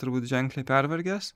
turbūt ženkliai pervargęs